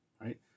right